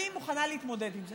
אני מוכנה להתמודד עם זה.